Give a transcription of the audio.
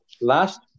Last